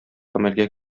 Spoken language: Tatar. гамәлгә